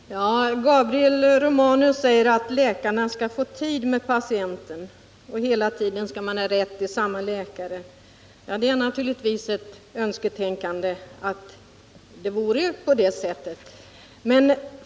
Herr talman! Gabriel Romanus säger att läkarna skall få tid med patienterna och att man skall ha rätt att ha samma läkare hela tiden. Det är naturligtvis önskvärt att det är på det sättet.